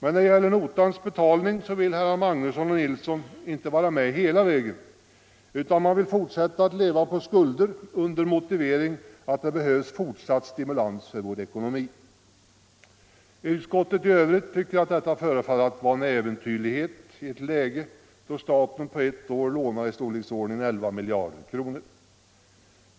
Men när det gäller notans betalning så vill herrar Magnusson och Nilsson inte vara med hela vägen, utan man vill fortsätta att leva på skulder under motivering att det behövs fortsatt stimulans för vår ekonomi. Utskottet i övrigt tycker att detta förefaller att vara äventyrligt i ett läge där staten på ett år lånar i storleksordningen 11 miljarder kronor.